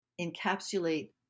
encapsulate